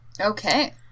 Okay